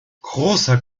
großer